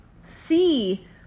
see